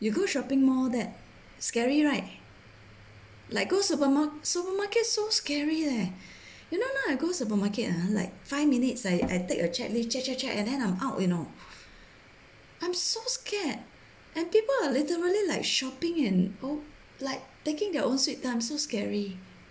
you go shopping mall that scary right like go supermar~ supermarket so scary leh you know now I go supermarket ah like five minutes ah I take a checklist check check check and I'm out you know I'm so scared and people are literally like shopping and like taking their own sweet time so scary